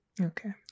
Okay